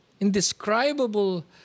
indescribable